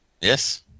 Yes